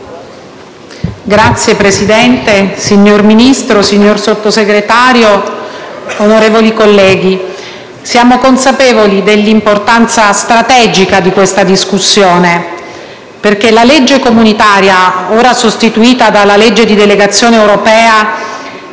Signor Presidente, signor Ministro, signor Sottosegretario, onorevoli colleghi, siamo consapevoli dell'importanza strategica di questa discussione, perché la legge comunitaria, ora sostituita dalla legge di delegazione europea